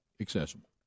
accessible